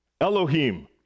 Elohim